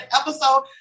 episode